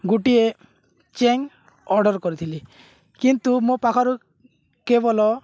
ଗୋଟିଏ chain order କରିଥିଲି କିନ୍ତୁ ମୋ ପାଖରୁ କେବଳ